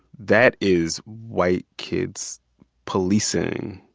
that is white kids policing,